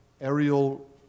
aerial